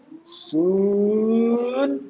soon